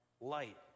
light